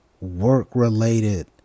work-related